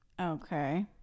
Okay